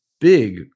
Big